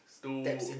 two